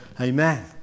Amen